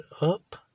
up